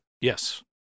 Yes